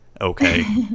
okay